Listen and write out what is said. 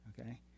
okay